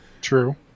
True